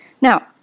Now